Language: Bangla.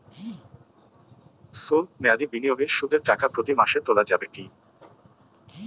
সল্প মেয়াদি বিনিয়োগে সুদের টাকা প্রতি মাসে তোলা যাবে কি?